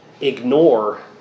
ignore